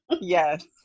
Yes